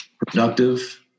productive